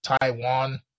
taiwan